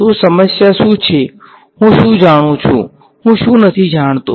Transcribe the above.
તો સમસ્યા શું છે હું શું જાણું છું હું શું જાણતો નથી